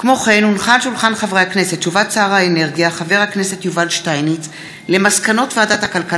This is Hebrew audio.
הודעת שר האנרגיה יובל שטייניץ על מסקנות ועדת הכלכלה